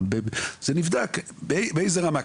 באיזה רמה?